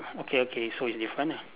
okay okay so it's different lah